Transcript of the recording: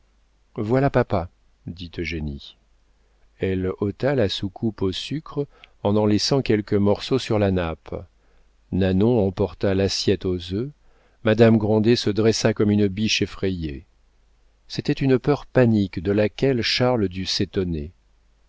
voilà papa dit eugénie elle ôta la soucoupe au sucre en en laissant quelques morceaux sur la nappe nanon emporta l'assiette aux œufs madame grandet se dressa comme une biche effrayée c'était une peur panique de laquelle charles dut s'étonner